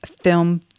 film